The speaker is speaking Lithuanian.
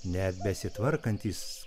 net besitvarkantys